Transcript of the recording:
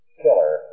killer